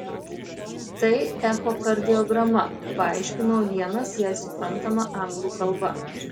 tai echokardiograma paaiškino vienas jai suprantama anglų kalba